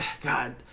God